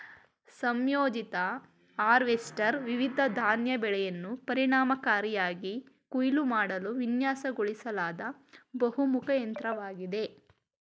ಸಂಯೋಜಿತ ಹಾರ್ವೆಸ್ಟರ್ ವಿವಿಧ ಧಾನ್ಯ ಬೆಳೆಯನ್ನು ಪರಿಣಾಮಕಾರಿಯಾಗಿ ಕೊಯ್ಲು ಮಾಡಲು ವಿನ್ಯಾಸಗೊಳಿಸಲಾದ ಬಹುಮುಖ ಯಂತ್ರವಾಗಿದೆ